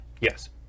Yes